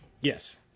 Yes